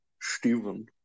Steven